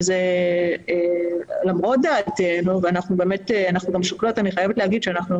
וזה למרות דעתנו ואני חושבת לומר שאנחנו